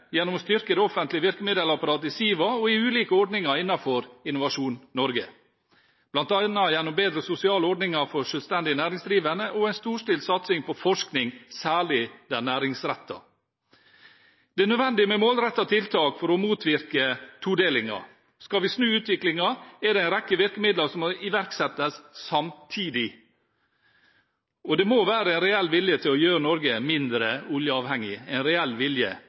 gjennom å styrke det offentlige virkemiddelapparatet i SIVA og i ulike ordninger innenfor Innovasjon Norge, bl.a. gjennom bedre sosiale ordninger for selvstendig næringsdrivende og en storstilt satsing på forskning, særlig den næringsrettede. Det er nødvendig med målrettede tiltak for å motvirke todelingen. Skal vi snu utviklingen, er det en rekke virkemidler som må iverksettes samtidig, og det må være reell vilje til å gjøre Norge mindre oljeavhengig – en reell vilje.